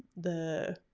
the,